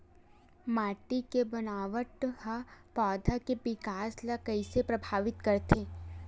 माटी के बनावट हा पौधा के विकास ला कइसे प्रभावित करथे?